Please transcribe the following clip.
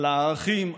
על הערכים,